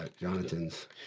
Jonathan's